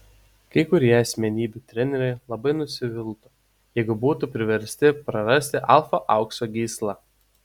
kai kurie asmenybių treneriai labai nusiviltų jeigu būtų priversti prarasti alfa aukso gyslą